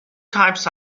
types